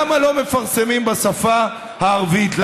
למה לא מפרסמים בשפה הערבית,